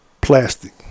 plastic